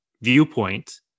viewpoint